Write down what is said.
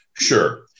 Sure